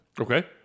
Okay